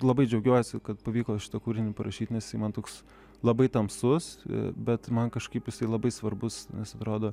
labai džiaugiuosi kad pavyko šitą kūrinį parašyti nes jisai man toks labai tamsus bet man kažkaip jisai labai svarbus nes atrodo